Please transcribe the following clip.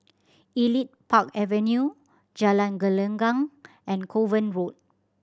Elite Park Avenue Jalan Gelenggang and Kovan Road